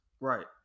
right